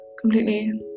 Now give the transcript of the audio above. completely